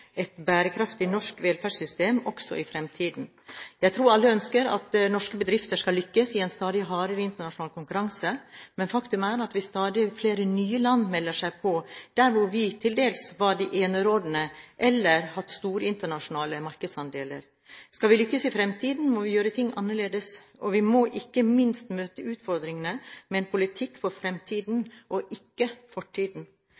et bærekraftig norsk velferdssystem også i fremtiden. Jeg tror alle ønsker at norske bedrifter skal lykkes i en stadig hardere internasjonal konkurranse, men faktum er at stadig flere nye land melder seg på der hvor vi til dels har vært enerådende eller hatt store internasjonale markedsandeler. Skal vi lykkes i fremtiden, må vi gjøre ting annerledes. Vi må ikke minst møte utfordringene med en politikk for